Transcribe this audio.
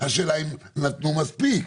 השאלה אם נתנו מספיק?